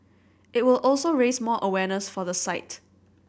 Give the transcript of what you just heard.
it will also raise more awareness for the site